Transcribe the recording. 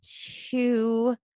two